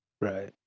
Right